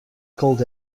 called